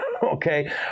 Okay